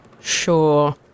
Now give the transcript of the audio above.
Sure